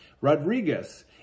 Rodriguez